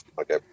Okay